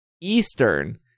Eastern